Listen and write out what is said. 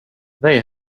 they